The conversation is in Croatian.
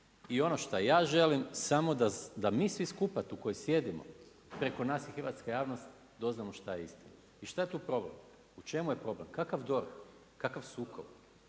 I ono što ja želim samo da mi svi skupa tu koji sjedimo preko nas i hrvatska javnost dozna šta je istina. I šta je tu problem? U čemu je problem? Kakav DORH? Kakav sukob?